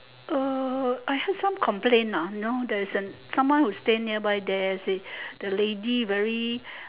uh I have some complaint ah you know someone who stay nearby there say the lady very